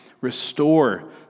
restore